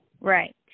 Right